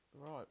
right